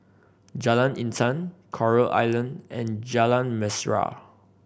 Jalan Intan Coral Island and Jalan Mesra